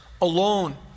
alone